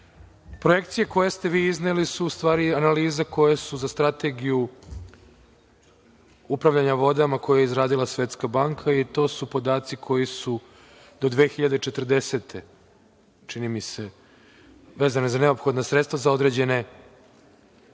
važno. Projekcije koje ste vi izneli su u stvari analize koje su za Strategiju upravljanja vodama, koje je izradila Svetska banka, i to su podaci koji su do 2040. godine, čini mi se, vezane za neophodna sredstva za određene